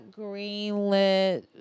greenlit